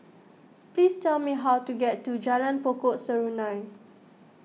please tell me how to get to Jalan Pokok Serunai